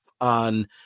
on